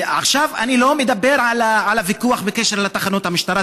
עכשיו אני לא מדבר על הוויכוח בקשר לתחנות המשטרה,